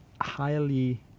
highly